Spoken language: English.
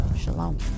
Shalom